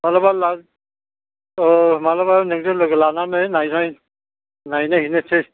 माब्लाबा लां अ माब्लाबा नोंजों लोगो लानानै नायनाय नायनाय हैनोसै